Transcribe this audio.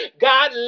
God